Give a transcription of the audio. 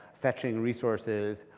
fetching resources,